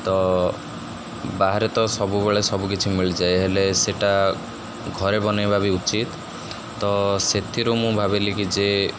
ତ ବାହାରେ ତ ସବୁବେଳେ ସବୁକିଛି ମିଳିଯାଏ ହେଲେ ସେଇଟା ଘରେ ବନେଇବା ବି ଉଚିତ ତ ସେଥିରୁ ମୁଁ ଭାବିଲି କି ଯେ